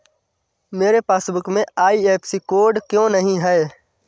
मेरे पासबुक में IFSC code क्यो नहीं है?